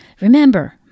Remember